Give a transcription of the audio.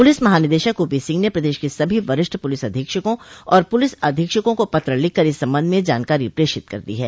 police महानिदेशक ओपीसिंह ने प्रदेश के सभी वरिष्ठ पुलिस अधीक्षकों और पुलिस अधीक्षकों को पत्र लिखकर इस संबंध में जानकारी प्रेषित कर दी है